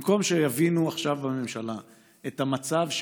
במקום שיבינו עכשיו בממשלה את המצב,